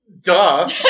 Duh